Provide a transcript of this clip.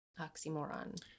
oxymoron